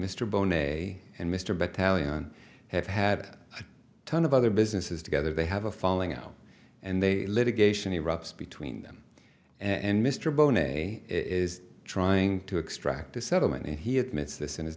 mr bone a and mr battalion have had a ton of other businesses together they have a falling out and they litigation erupts between them and mr boehner a is trying to extract a settlement and he admits this in his